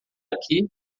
aqui